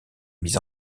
mis